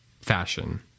fashion